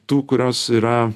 tų kurios yra